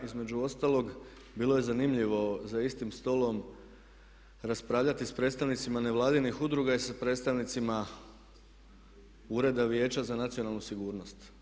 Između ostalog bilo je zanimljivo za istim stolom raspravljati sa predstavnicima nevladinih udruga i sa predstavnicima Ureda Vijeća za nacionalnu sigurnost.